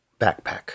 backpack